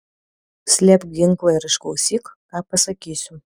slėpk ginklą ir išklausyk ką pasakysiu